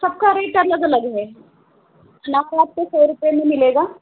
सबका रेट अलग अलग है अनार आपको सौ रुपये में मिलेगा